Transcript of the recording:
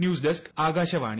news desk Akashvani